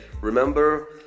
Remember